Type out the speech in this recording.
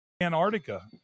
Antarctica